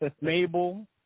mabel